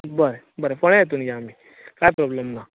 बरें बरें फोंड्या इतून या आमी कांय प्रोबल्म ना